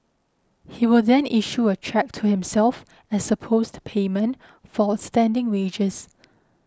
he will then issue a cheque to himself as supposed payment for outstanding wages